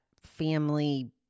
family